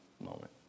moment